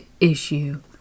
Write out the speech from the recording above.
issue